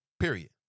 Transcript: Period